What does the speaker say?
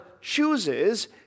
chooses